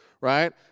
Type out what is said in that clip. right